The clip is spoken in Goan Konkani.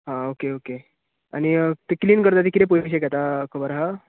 आं ओके ओके आनी ते क्लिन करता ती कितें पयशें घेता खबर आसा